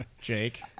jake